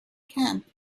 camp